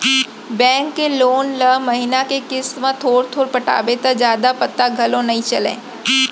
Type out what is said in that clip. bank के loan ल महिना के किस्त म थोर थोर पटाबे त जादा पता घलौ नइ चलय